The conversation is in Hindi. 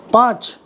पाँच